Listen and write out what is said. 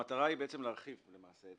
המטרה היא להרחיב את